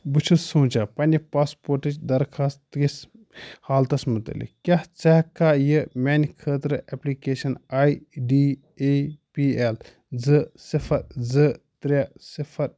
بہٕ چھُ سونٛچان پننہِ پاسپورٹٕچ درخوٛاستہٕ کِس حالتس متعلق کیٛاہ ژٕ ہیٚکہٕ کھا یہِ میٛانہِ خٲطرٕ application I D A P L زٕ صِفر زٕ ترٛےٚ صِفر